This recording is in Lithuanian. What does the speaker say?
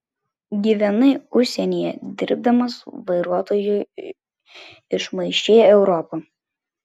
gyvenai užsienyje dirbdamas vairuotoju išmaišei europą